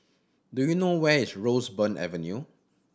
do you know where is Roseburn Avenue